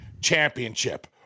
championship